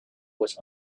was